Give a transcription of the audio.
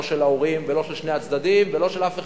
לא של ההורים ולא של שני הצדדים ולא של אף אחד.